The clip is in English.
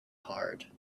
hard